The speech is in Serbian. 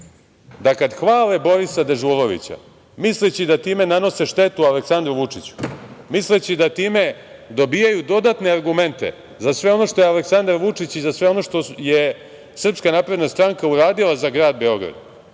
da kada hvala Borisa Dežulovića, misleći da time nanose štetu Aleksandru Vučiću, misleći da time dobijaju dodatne argumente za sve ono što je Aleksandar Vučić i za sve ono što je SNS uradila za grad Beograd,